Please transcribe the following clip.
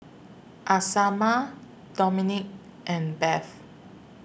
Isamar Domonique and Bev